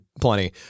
plenty